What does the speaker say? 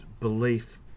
belief